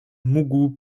mógł